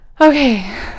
Okay